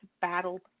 battled